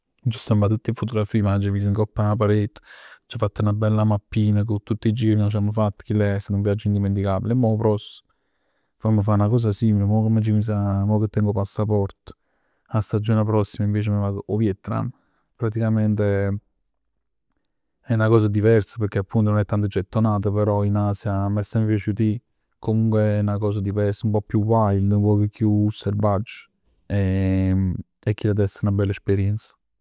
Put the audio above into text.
Aggia stampat tutt 'e fotografie e m'aggia mis ngopp 'a parete. M'aggia fatt 'na bella mappina cu tutt 'e giri che c'amma fatt, chill è stat nu viaggio indimenticabile. E mo 'o prossimo, famm fa 'na cosa simile. Mo che m'aggio mis, mo che teng 'o passaporto, 'a stagione prossima invece me ne vag 'o vietnam. Praticamente è 'na cosa diversa pecchè appunto non è tanto gennotato, però in Asia m'è semp piaciuto 'e ji. Comunque è 'na cosa diversa. Nu poc chiù wild, un poco chiù selvaggia e e chell adda essere 'na bella esperienz.